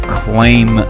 claim